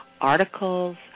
articles